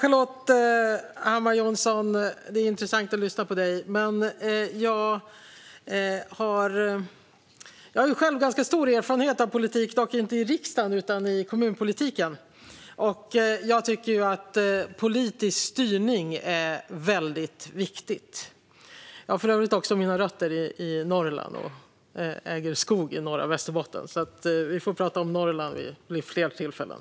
Fru talman! Det är intressant att lyssna på dig, Ann-Charlotte Hammar Johnsson. Jag har själv ganska stor erfarenhet av politik, dock inte i riksdagen utan i kommunpolitiken. Jag tycker att politisk styrning är något väldigt viktigt. Jag har för övrigt också mina rötter i Norrland och äger skog i norra Västerbotten. Vi får prata om Norrland vid fler tillfällen.